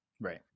right